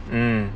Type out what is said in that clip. mm